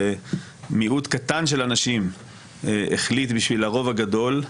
ומיעוט קטן של אנשים החליט בשביל הרוב הגדול,